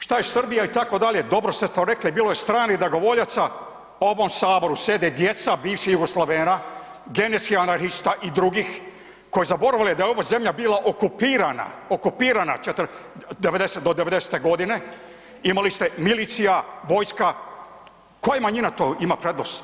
Šta je Srbija itd., dobro ste to rekli, bilo je stranih dragovoljaca, u ovom Saboru sjede djeca bivših Jugoslavena, genetskih anarhista i drugih koji zaboravljaju da je ova zemlja bila okupirana, okupirana do 90-te godine, imali ste milicija, vojska, koja manjina to ima prednost?